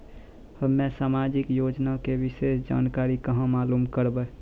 हम्मे समाजिक योजना के विशेष जानकारी कहाँ मालूम करबै?